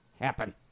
happen